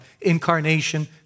Incarnation